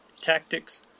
tactics